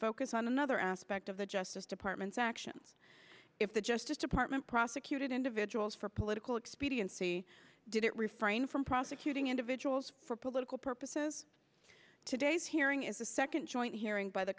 focus on another aspect of the justice department's action if the justice department prosecuted individuals for political expediency did it refrain from prosecuting individuals for political purposes today's hearing is a second joint